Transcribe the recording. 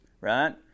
right